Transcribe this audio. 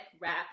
wrap